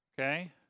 okay